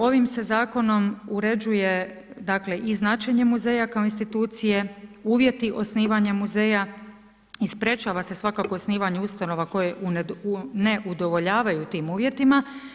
Ovim se zakonom uređuje dakle i značenje muzeja kao institucije, uvjeti osnivanja muzeja i sprečava se svakako osnivanje ustanova koje ne udovoljavaju tim uvjetima.